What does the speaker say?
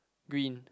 green